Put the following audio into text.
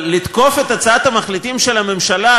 אבל לתקוף את הצעת המחליטים של הממשלה,